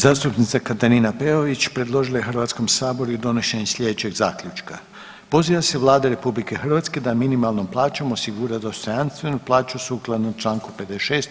Zastupnica Katarina Peović predložila je HS i donošenje slijedećeg zaključka: Poziva se Vlada RH da minimalnom plaćom osigura dostojanstvenu plaću sukladno čl. 56.